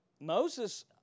Moses